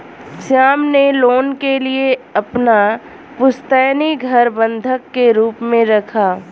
श्याम ने लोन के लिए अपना पुश्तैनी घर बंधक के रूप में रखा